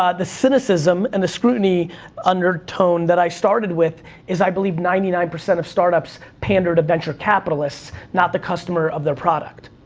ah the cynicism and the scrutiny undertone that i started with is, i believe ninety nine percent of startups pander to venture capitalists, not the customer of their product.